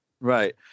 right